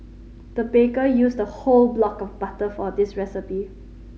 the baker used a whole block of butter for this recipe